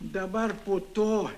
dabar po to